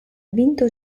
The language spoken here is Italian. vinto